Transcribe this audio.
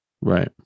Right